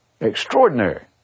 extraordinary